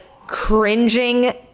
cringing